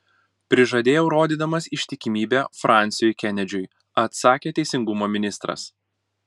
prižadėjau rodydamas ištikimybę fransiui kenedžiui atsakė teisingumo ministras